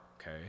okay